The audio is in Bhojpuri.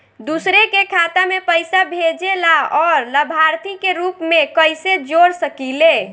दूसरे के खाता में पइसा भेजेला और लभार्थी के रूप में कइसे जोड़ सकिले?